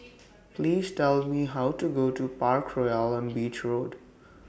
Please Tell Me How to get to Parkroyal on Beach Road